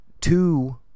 two